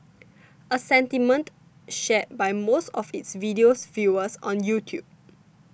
a sentiment shared by most of its video's viewers on YouTube